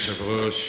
אדוני היושב-ראש,